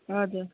हजुर